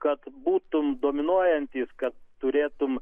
kad būtum dominuojantis kad turėtum